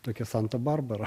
tokia santa barbara